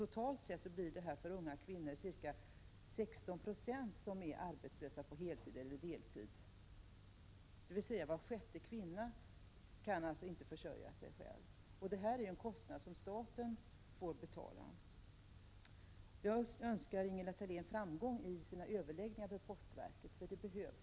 Totalt sett är det alltså ca 16 96 av de unga kvinnorna som är arbetslösa på heltid eller deltid, dvs. var sjätte kvinna kan inte försörja sig själv. Detta är en kostnad som staten får betala. Jag önskar Ingela Thalén framgång i överläggningarna med postverket — för det behövs.